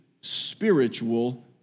spiritual